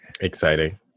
Exciting